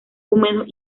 húmedos